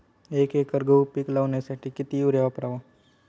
एक एकर गहू पीक लावण्यासाठी किती युरिया वापरावा?